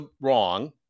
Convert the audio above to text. wrong